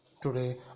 Today